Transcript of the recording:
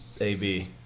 AB